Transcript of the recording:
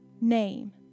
name